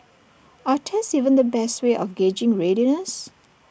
are tests even the best way of gauging readiness